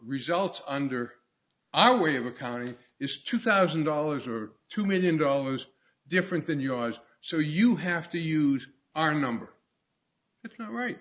results under our way of accounting is two thousand dollars or two million dollars different than yours so you have to use our number it's not right